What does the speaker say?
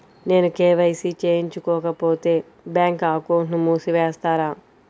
నేను కే.వై.సి చేయించుకోకపోతే బ్యాంక్ అకౌంట్ను మూసివేస్తారా?